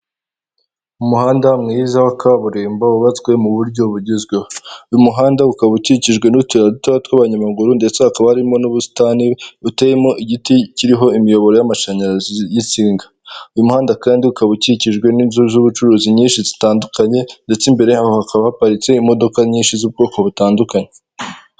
Umuhanda mwiza wa kaburimbo wubatswe mu buryo bugezweho. Uyu muhanda ukaba ukikijwe n'utuyira dutoya tw'abanyamaguru ndetse hakaba harimo n'ubusitani buteyemo igiti kiriho imiyoboro y'amashanyarazi y'insinga. Uyu muhanda kandi ukaba ukikijwe n'inzu z'ubucuruzi nyinshi zitandukanye ndetse imbere yaho hakaba haparitse imodoka nyinshi z'ubwoko butandukanye.